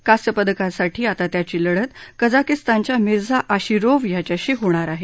कांस्य पदकासाठी आता त्याची लढत कझाकिस्तानच्या मिर्झा अशिरोव्ह याच्याशी होणार आहे